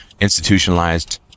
institutionalized